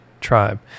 tribe